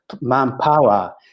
manpower